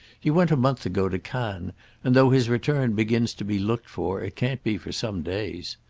he went a month ago to cannes and though his return begins to be looked for it can't be for some days.